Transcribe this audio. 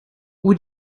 would